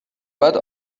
بعد